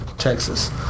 Texas